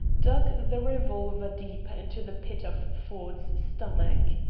dug the revolver deeper into the pit of ford's stomach.